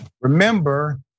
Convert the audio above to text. Remember